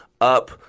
up